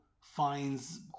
finds